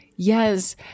Yes